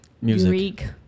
music